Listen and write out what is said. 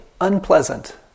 unpleasant